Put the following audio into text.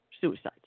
suicides